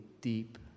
deep